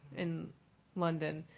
in london.